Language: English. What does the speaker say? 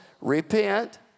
repent